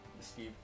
steve